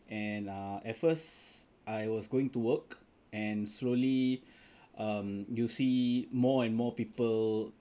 and uh at first I was going to work and slowly um you see more and more people